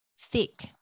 thick